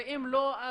ואם לא,